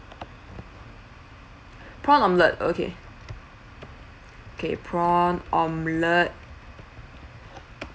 prawn omelette okay okay prawn omelette